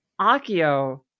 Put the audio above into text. Akio